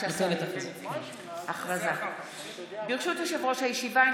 ברשות יושב-ראש הישיבה,